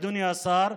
אדוני השר,